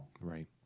Right